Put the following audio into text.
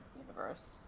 universe